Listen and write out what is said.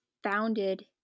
founded